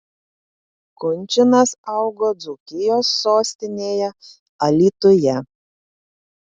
kunčinas augo dzūkijos sostinėje alytuje